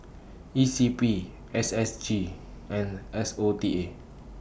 E C P S S G and S O T A